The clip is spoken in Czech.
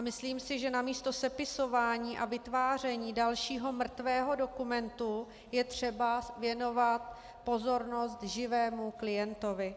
Myslím si, že namísto sepisování a vytváření dalšího mrtvého dokumentu je třeba věnovat pozornost živému klientovi.